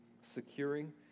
securing